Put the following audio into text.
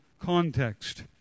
context